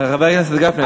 חבר הכנסת גפני,